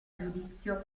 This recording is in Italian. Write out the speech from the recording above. giudizio